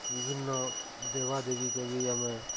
ବିଭିନ୍ନ ଦେବାଦେବୀକେ ବି ଆମେ